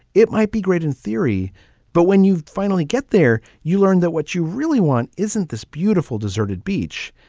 it might be great in theory but when you finally get there you learn that what you really want isn't this beautiful deserted beach.